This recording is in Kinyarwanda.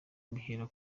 bihera